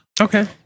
Okay